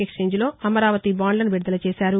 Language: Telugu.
ఎక్సేంజ్లో అమరావతి బాండ్లను విడుదల చేశారు